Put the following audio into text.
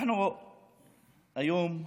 אנחנו רוצים היום,